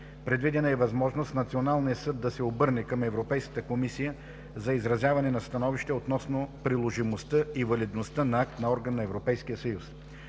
Предвидена е възможност националният съд да се обърне към Европейската комисия за изразяване на становище относно приложимостта и валидността на акт на орган на Европейския съюз.